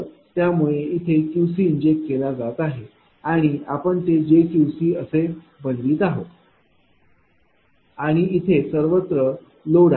तर त्यामुळे इथे QCइंजेक्ट केला जात आहे आपण ते jQC असे बनवित आहोत आणि इथे सर्वत्र लोड आहे